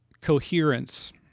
coherence